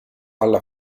alla